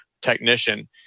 technician